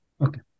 Okay